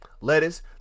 lettuce